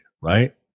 right